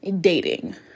dating